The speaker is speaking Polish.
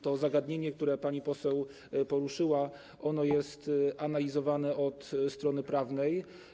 To zagadnienie, które pani poseł poruszyła, jest analizowane od strony prawnej.